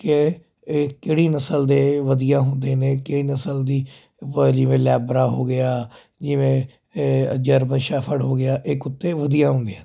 ਕਿ ਇਹ ਕਿਹੜੀ ਨਸਲ ਦੇ ਵਧੀਆ ਹੁੰਦੇ ਨੇ ਕਿਹੜੀ ਨਸਲ ਦੀ ਜਿਵੇਂ ਲੈਬਰਾ ਹੋ ਗਿਆ ਜਿਵੇਂ ਇਹ ਜਰਮ ਸ਼ੈਫੜ ਹੋ ਗਿਆ ਇਹ ਕੁੱਤੇ ਵਧੀਆ ਹੁੰਦੇ ਨੇ